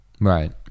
right